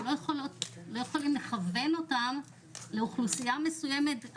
אנחנו לא יכולים לכוון אותן לאוכלוסייה מסוימת,